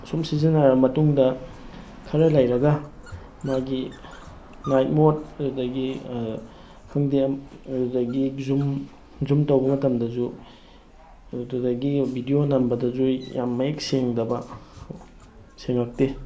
ꯁꯨꯝ ꯁꯤꯖꯤꯟꯅꯔꯕ ꯃꯇꯨꯡꯗ ꯈꯔ ꯂꯩꯔꯒ ꯃꯥꯒꯤ ꯅꯥꯏꯠ ꯃꯣꯠ ꯑꯗꯨꯗꯒꯤ ꯈꯪꯗꯦ ꯑꯗꯨꯗꯒꯤ ꯖꯨꯝ ꯖꯨꯝ ꯇꯧꯕ ꯃꯇꯝꯗꯁꯨ ꯑꯗꯨꯗꯒꯤ ꯕꯤꯗꯤꯑꯣ ꯅꯝꯕꯗꯁꯨ ꯌꯥꯝ ꯃꯌꯦꯛ ꯁꯦꯡꯗꯕ ꯁꯦꯡꯉꯛꯇꯦ